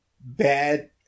bad